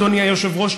אדוני היושב-ראש,